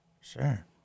Sure